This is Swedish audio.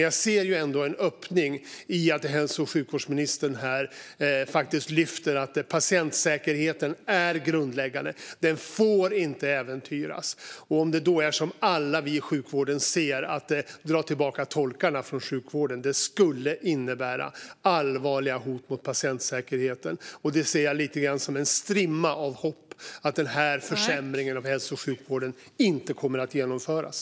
Jag ser ändå en öppning i att hälso och sjukvårdsministern här faktiskt lyfter fram att patientsäkerheten är grundläggande. Den får inte äventyras. Om att dra tillbaka tolkarna från sjukvården skulle innebära allvarliga hot mot patientsäkerheten, som alla vi inom sjukvården ser att det gör, ser jag en strimma av hopp att den här försämringen av hälso och sjukvården inte kommer att genomföras.